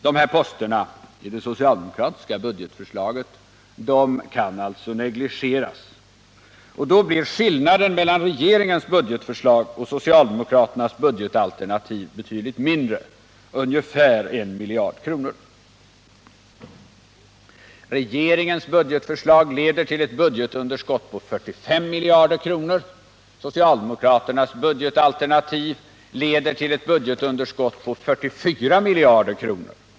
De här posterna i det socialdemokratiska budgetförslaget kan alltså negligeras, och då blir skillnaden mellan regeringens budgetförslag och socialdemokraternas budgetalternativ mindre: ungefär en miljard kronor. Regeringens budgetförslag leder till ett budgetunderskott på 45 miljarder kronor. Socialdemokraternas budgetförslag leder till ett budgetunderskott på 44 miljarder kronor.